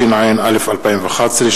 התשע"א 2011,